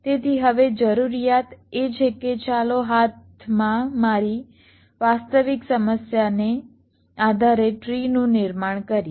તેથી હવે જરૂરિયાત એ છે કે ચાલો હાથમાં મારી વાસ્તવિક સમસ્યાને આધારે ટ્રીનું નિર્માણ કરીએ